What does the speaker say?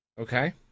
Okay